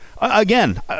again